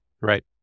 Right